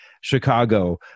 Chicago